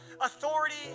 authority